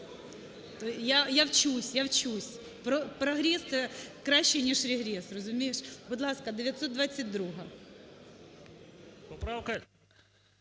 Я вчусь. Я вчусь! Прогрес краще, ніж регрес, розумієш? Будь ласка, 922-а.